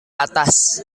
atas